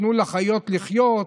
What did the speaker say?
תנו לחיות לחיות,